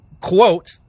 quote